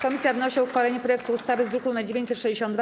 Komisja wnosi o uchwalenie projektu ustawy z druku nr 962.